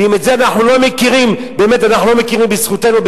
ואם בזה אנחנו לא מכירים, באמת לא מכירים בזכותנו,